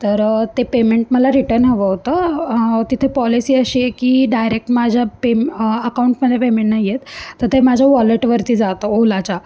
तर ते पेमेंट मला रिटर्न हवं होतं तिथे पॉलिसी अशी आहे की डायरेक्ट माझ्या पेम अकाऊंटमध्ये पेमेंट नाही येत तर ते माझ्या वॉलेटवरती जातं ओलाच्या